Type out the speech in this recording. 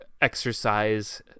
exercise